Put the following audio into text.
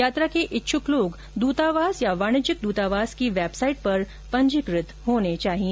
यात्रा के इच्छुक लोग दूतावास या वाणिज्यिक दूतावास की वेबसाइट पर पंजीकृत होने चाहिए